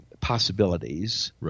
possibilities